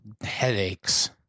headaches